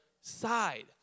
side